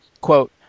Quote